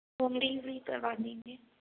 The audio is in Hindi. होम डिलीवरी करवा देंगे